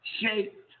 shaped